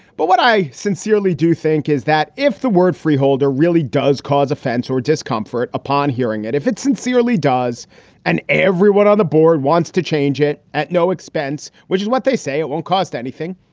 but what i sincerely do think is that if the word freeholder really does cause offence or discomfort upon hearing it, if it sincerely does and everyone on the board wants to change it at no expense, which is what they say, it won't cost anything,